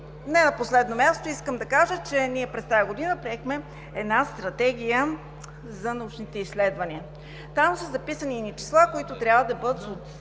не на последно място искам да кажа, че ние през тази година приехме една стратегия за научните изследвания. Там са записани едни числа, които трябва да бъдат